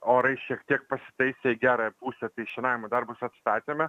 orai šiek tiek pasitaisė į gerąją pusę tai šienavimo darbus atstatėme